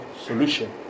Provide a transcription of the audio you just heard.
solution